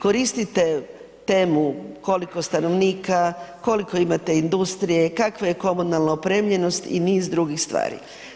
Koristite temu koliko stanovnika, koliko imate industrije, kakva je komunalna opremljenost i niz drugih stvari.